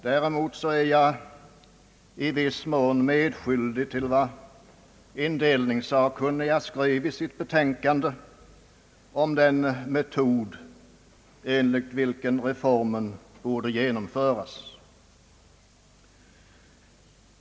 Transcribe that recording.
Däremot är jag i viss mån medskyldig till vad indelningssakkunniga skrev i sitt betänkande om den metod, enligt vilken reformen borde genomföras.